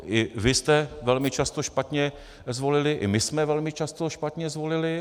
I vy jste velmi často špatně zvolili, i my jsme velmi často špatně zvolili.